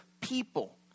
people